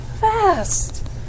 fast